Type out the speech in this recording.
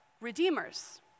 redeemers